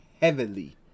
heavily